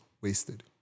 wasted